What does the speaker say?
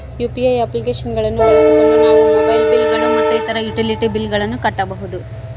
UPI application ಗಳನ್ನ ಬಳಸಿಕೊಂಡು ನಾವು ಮೊಬೈಲ್ ಬಿಲ್ ಗಳು ಮತ್ತು ಇತರ ಯುಟಿಲಿಟಿ ಬಿಲ್ ಗಳನ್ನ ಕಟ್ಟಬಹುದು